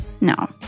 No